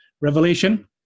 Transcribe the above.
Revelation